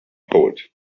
poet